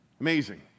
Amazing